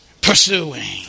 pursuing